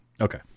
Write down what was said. okay